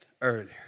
earlier